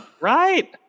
Right